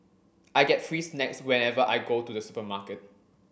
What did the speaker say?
I get free snacks whenever I go to the supermarket